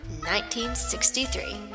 1963